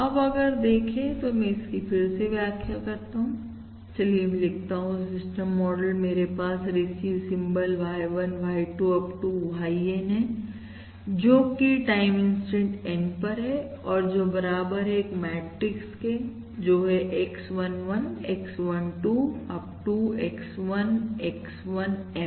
अब अगर देखें तो मैं इसकी फिर से व्याख्या करता हूं चलिए मैं लिखता हूं सिस्टम मॉडल मेरे पास receive symbol Y1 Y2 Up to YN जो की टाइम इंस्टेंट N पर है और जो बराबर है एक मैट्रिक्स के जो है X11 X12 up to X1 X1M